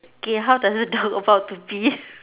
okay how does the dog about to pee